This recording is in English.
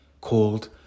called